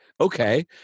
okay